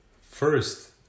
first